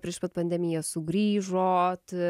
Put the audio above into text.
prieš pat pandemiją sugrįžot